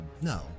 no